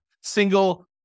single